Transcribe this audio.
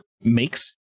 makes